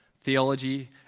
theology